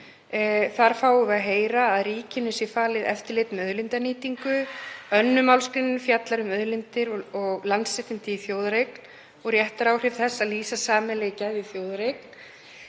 Þar fáum við að heyra að ríkinu sé falið eftirlit með auðlindanýtingu. 2. mgr. fjallar um auðlindir og landsréttindi í þjóðareign og réttaráhrif þess að lýsa sameiginleg gæði í þjóðareign.